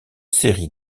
série